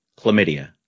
chlamydia